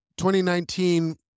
2019